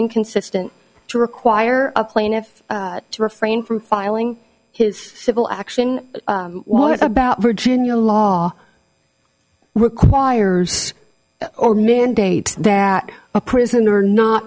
inconsistent to require a plaintiff to refrain from filing his civil action what about virginia law requires or mandate that a prisoner not